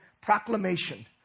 proclamation